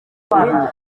ukunda